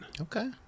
Okay